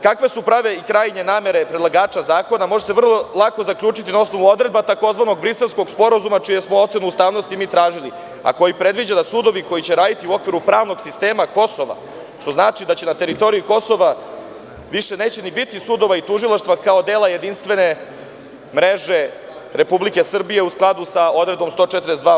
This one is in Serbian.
Kakve su prave i krajnje namere predlagača zakona, može se vrlo lako zaključiti na osnovu odredaba tzv. Briselskog sporazuma čiju smo ocenu ustavnosti mi tražili, a koji predviđa da sudovi koji će raditi u okviru pravnog sistema Kosova, što znači da će na teritoriji Kosova, više neće ni biti sudova i tužilaštava kao dela jedinstvene mreže Republike Srbije u skladu sa odredbom 142.